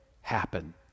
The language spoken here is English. happen